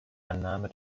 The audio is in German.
annahme